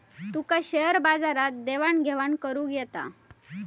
तुका share बाजारात देवाण घेवाण करुक येता?